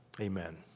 amen